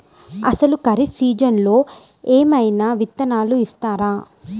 అసలు ఖరీఫ్ సీజన్లో ఏమయినా విత్తనాలు ఇస్తారా?